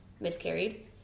miscarried